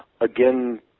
again